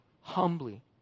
humbly